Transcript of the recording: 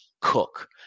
cook